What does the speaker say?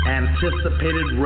anticipated